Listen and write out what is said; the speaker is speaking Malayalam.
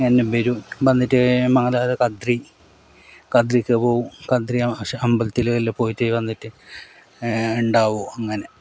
വരും വന്നിട്ട് മാധാടെ കദ്രി കദ്രിക്ക പോകും കദ്രി അമ്പലത്തിൽ എല്ലാം പോയിട്ട് വന്നിട്ട് ഇണ്ടാകൂ അങ്ങനെ